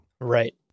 Right